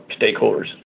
stakeholders